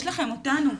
יש לכם אותנו,